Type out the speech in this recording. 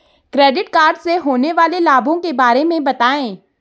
Credit card से होने वाले लाभों के बारे में बताएं?